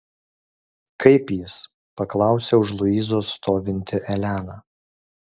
kaip jis paklausė už luizos stovinti elena